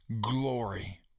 glory